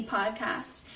Podcast